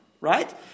Right